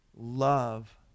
love